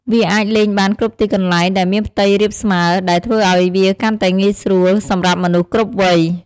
វាអាចលេងបានគ្រប់ទីកន្លែងដែលមានផ្ទៃរាបស្មើ ដែលធ្វើឱ្យវាកាន់តែងាយស្រួលសម្រាប់មនុស្សគ្រប់វ័យ។